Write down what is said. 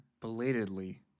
belatedly